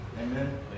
Amen